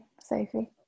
Sophie